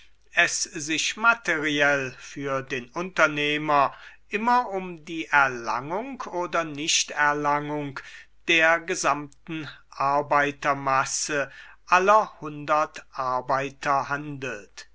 es sich materiell für den unternehmer immer um die erlangung oder nichterlangung der gesamten arbeitermasse aller hundert arbeiter handelt